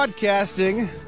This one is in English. Broadcasting